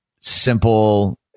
simple